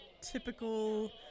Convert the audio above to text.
typical